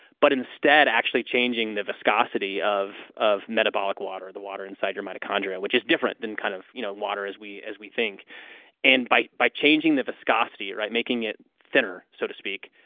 but instead, actually changing the viscosity of of metabolic water, the water inside your mitochondria, which is different than kind of you know water as we as we think and by by changing the viscosity, making it thinner, so to speak,